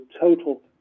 total